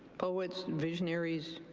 poets, visionaries,